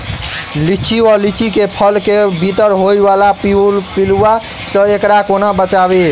लिच्ची वा लीची केँ फल केँ भीतर होइ वला पिलुआ सऽ एकरा कोना बचाबी?